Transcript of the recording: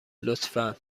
لطفا